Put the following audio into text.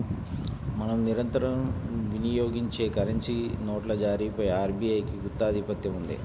మనం నిరంతరం వినియోగించే కరెన్సీ నోట్ల జారీపై ఆర్బీఐకి గుత్తాధిపత్యం ఉంది